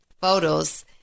photos